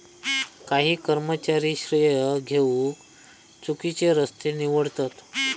काही कर्मचारी श्रेय घेउक चुकिचे रस्ते निवडतत